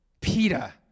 Peter